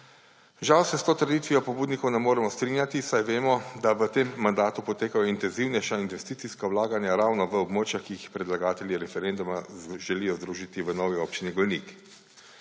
Žal se s to trditvijo pobudnikov ne moremo strinjati, saj vemo, da v tem mandatu potekajo intenzivnejša investicijska vlaganja ravno v območja, ki jih predlagatelji referenduma želijo združiti v novi Občini Golnik.